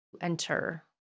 enter